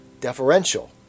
Deferential